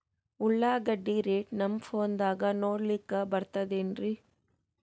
ಉಳ್ಳಾಗಡ್ಡಿ ರೇಟ್ ನಮ್ ಫೋನದಾಗ ನೋಡಕೊಲಿಕ ಬರತದೆನ್ರಿ?